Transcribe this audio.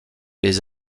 les